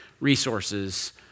resources